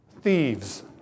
thieves